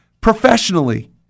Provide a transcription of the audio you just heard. professionally